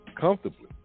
comfortably